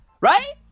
Right